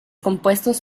compuestos